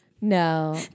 No